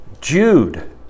Jude